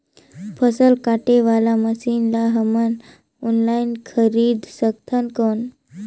फसल काटे वाला मशीन ला हमन ऑनलाइन खरीद सकथन कौन?